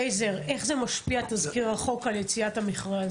אליעזר, איך תזכיר החוק משפיע על יציאת המכרז?